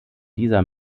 dieser